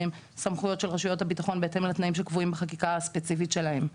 סמכויות של רשויות הביטחון בהתאם לתנאים שקבועים בחקיקה הספציפית שלהם.